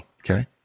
okay